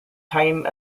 time